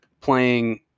playing